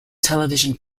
television